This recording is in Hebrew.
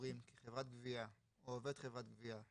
כי אם אנחנו מחילים את זה על עובדי חברת הגבייה,